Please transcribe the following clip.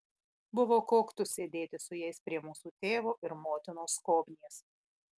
buvo koktu sėdėti su jais prie mūsų tėvo ir motinos skobnies